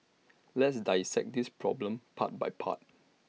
let's dissect this problem part by part